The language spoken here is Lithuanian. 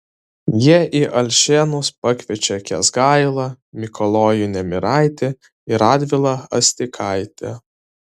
jie į alšėnus pakviečia kęsgailą mikalojų nemiraitį ir radvilą astikaitį